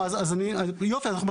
אז אנחנו מסכימים.